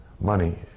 money